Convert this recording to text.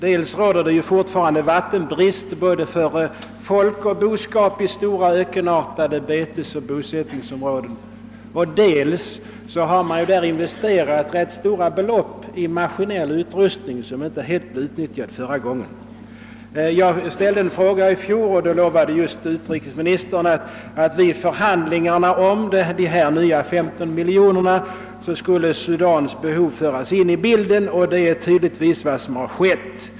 Dels råder det fortfarande vattenbrist för både folk och boskap i stora ökenartade betesoch bosättningsområden, dels lär man där ha investerat ganska stora belopp i maskinell utrustning, som inte helt utnyttjades förra gången. Jag framställde en fråga om detta i fjol, och då lovade utrikesministern att vid förhandlingarna om dessa nya 15 miljoner kronor skulle södra Sudans behov föras in i bilden, och det är tydligen vad som nu skett.